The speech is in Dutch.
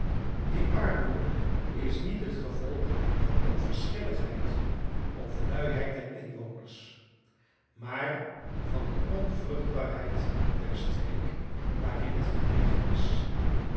die armoede is niet het gevolg van de onverschilligheid of luiheid der inwoners maar van de onvruchtbaarheid der streek waarin het gelegen is